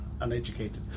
uneducated